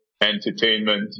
entertainment